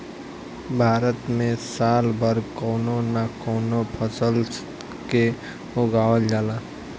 भारत में साल भर कवनो न कवनो फसल के उगावल जाला